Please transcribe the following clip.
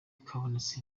kabonetse